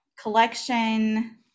collection